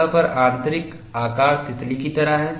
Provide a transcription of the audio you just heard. सतह पर आंतरिक आकार तितली की तरह है